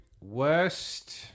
worst